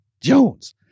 Jones